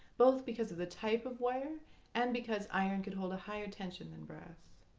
both because of the type of wire and because iron could hold a higher tension than brass.